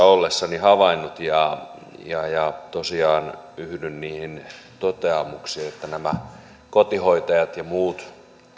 ollessani havainnut ja tosiaan yhdyn niihin toteamuksiin että nämä kotihoitajat ja muut